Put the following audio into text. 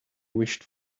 wished